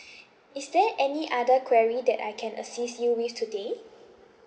is there any other query that I can assist you with today